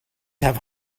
have